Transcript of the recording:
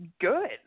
good